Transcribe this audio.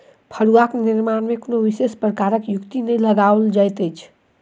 फड़ुआक निर्माण मे कोनो विशेष प्रकारक युक्ति नै लगाओल जाइत अछि